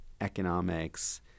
economics